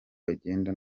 bagenda